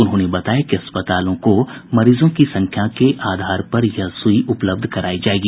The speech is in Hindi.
उन्होंने बताया कि अस्पतालों को मरीजों की संख्या के आधार पर यह सुई उपलब्ध करायी जायेगी